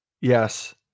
Yes